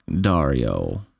dario